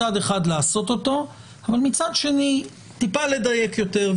מצד אחד לעשות אותו, אבל מצד שני טיפה לדייק יותר.